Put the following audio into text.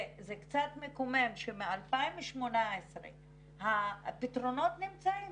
זה קצת מקומם שמ-2018 הפתרונות נמצאים